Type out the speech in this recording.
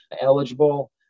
eligible